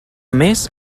més